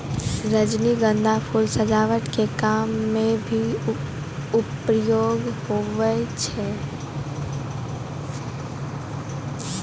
रजनीगंधा फूल सजावट के काम मे भी प्रयोग हुवै छै